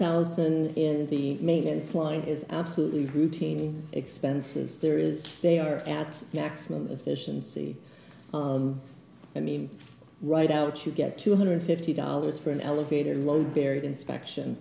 thousand in the maintenance line is absolutely routine expenses there is they are at maximum efficiency i mean right out you get two hundred fifty dollars for an elevator alone very inspection